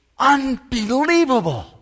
unbelievable